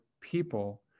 people